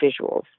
visuals